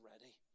ready